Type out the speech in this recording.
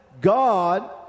God